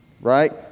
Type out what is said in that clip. right